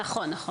נכון.